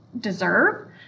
deserve